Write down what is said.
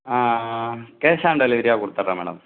ah cash on டெலிவரியா கொடுத்துட்றன் madam